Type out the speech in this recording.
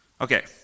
Okay